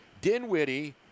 Dinwiddie